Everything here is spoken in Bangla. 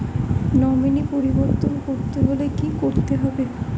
নমিনি পরিবর্তন করতে হলে কী করতে হবে?